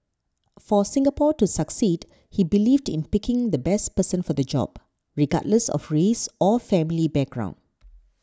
for Singapore to succeed he believed in picking the best person for the job regardless of race or family background